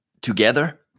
together